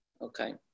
Okay